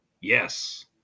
Yes